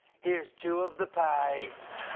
here's two of the pies.